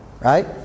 right